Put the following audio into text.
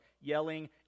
yelling